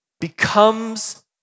becomes